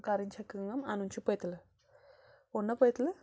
کَرٕنۍ چھےٚ کٲم اَنُن چھُ پٔتۍلہٕ اوٚن نا پٔتۍلہٕ